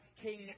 King